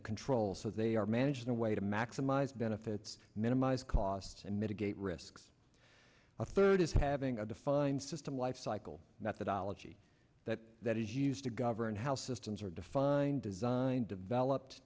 the control so they are managed in a way to maximize benefits minimize costs and mitigate risks a third is having a defined system lifecycle methodology that that is used to govern how systems are defined design developed